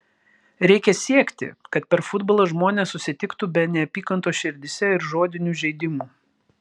reikia siekti kad per futbolą žmonės susitiktų be neapykantos širdyse ir žodinių žeidimų